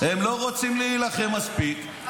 הם לא רוצים להילחם מספיק,